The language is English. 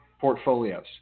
portfolios